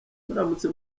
muramutse